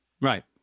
right